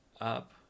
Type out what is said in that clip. up